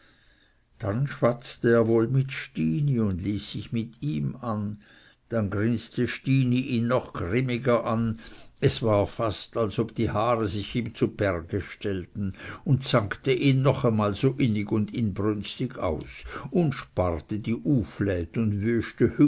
dann schwatzte er wohl mit stini und ließ sich mit ihm an dann grinste stini ihn noch grimmiger an es war fast als ob die haare sich ihm zu berge stellten und zankte ihn noch einmal so innig und inbrünstig aus und sparte die uflät und